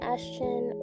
Ashton